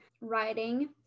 writing